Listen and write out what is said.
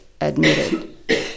admitted